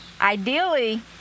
ideally